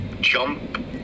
Jump